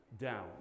down